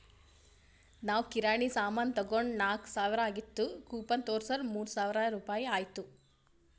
ನಾವ್ ಕಿರಾಣಿ ಸಾಮಾನ್ ತೊಂಡಾಗ್ ನಾಕ್ ಸಾವಿರ ಆಗಿತ್ತು ಕೂಪನ್ ತೋರ್ಸುರ್ ಮೂರ್ ಸಾವಿರ ರುಪಾಯಿ ಆಯ್ತು